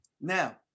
Now